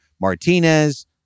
Martinez